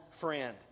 friend